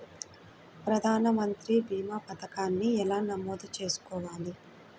ప్రధాన మంత్రి భీమా పతకాన్ని ఎలా నమోదు చేసుకోవాలి?